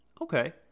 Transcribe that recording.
Okay